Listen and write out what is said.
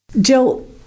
Jill